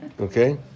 Okay